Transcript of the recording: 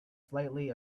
slightly